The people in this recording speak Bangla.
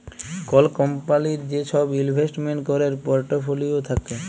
কল কম্পলির যে সব ইলভেস্টমেন্ট ক্যরের পর্টফোলিও থাক্যে